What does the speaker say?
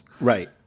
right